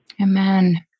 Amen